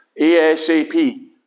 ASAP